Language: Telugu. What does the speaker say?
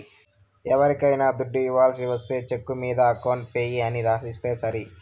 ఎవరికైనా దుడ్డు ఇవ్వాల్సి ఒస్తే చెక్కు మీద అకౌంట్ పేయీ అని రాసిస్తే సరి